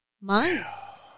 Months